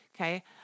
Okay